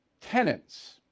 tenants